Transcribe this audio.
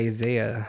Isaiah